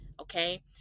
Okay